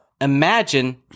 imagine